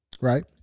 Right